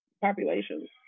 populations